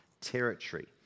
territory